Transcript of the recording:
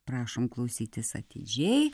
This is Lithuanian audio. prašom klausytis atidžiai